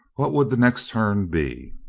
what would the next turn be?